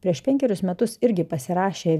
prieš penkerius metus irgi pasirašė